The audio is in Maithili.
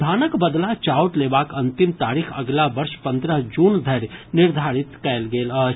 धानक बदला चाउर लेबाक अंतिम तारीख अगिला वर्ष पन्द्रह जून धरि निर्धारित कयल गेल अछि